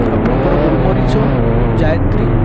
ଆପଣଙ୍କର ଗୋଲମରୀଚ ଜାଇତ୍ରୀ